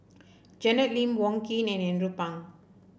Janet Lim Wong Keen and Andrew Phang